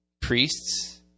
priests